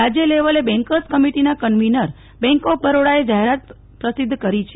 રાજ્ય લેવલે બેંકર્સ કમિટીના કન્વીનર બેંક ઓફ બરોડાએ જાહેરાત પ્રસિધ્ધ કરી છે